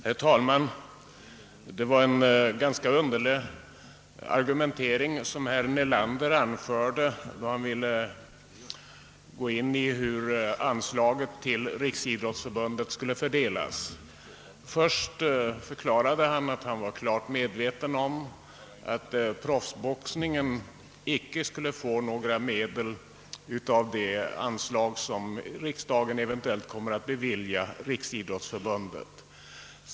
Herr talman! Det var en ganska underlig argumentering som herr Nelander förde då han kom in på hur anslaget till Riksidrottsförbundet skulle fördelas. Först förklarade han att han var klart medveten om att proffsboxningen icke skulle få några medel ur det anslag som riksdagen eventuellt kommer att bevilja — Riksidrottsförbundet.